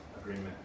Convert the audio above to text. agreement